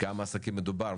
בכמה עסקים מדובר.